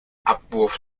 abwurf